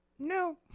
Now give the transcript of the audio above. No